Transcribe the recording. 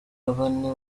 bane